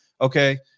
Okay